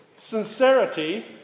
sincerity